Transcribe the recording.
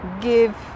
give